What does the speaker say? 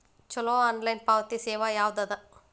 ಛಲೋ ಆನ್ಲೈನ್ ಪಾವತಿ ಸೇವಾ ಯಾವ್ದದ?